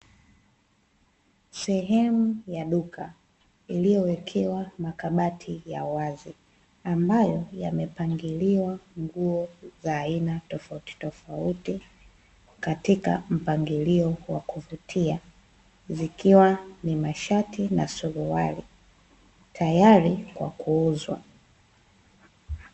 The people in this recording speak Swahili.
Sehemu ya duka, iliyowekewa makabati ya wazi ambayo yamepangiliwa nguo za aina tofauti tofauti, katika mpangilio wa kuvutia. Zikiwa ni mashati na suruali, tayari kwa kuuzwa.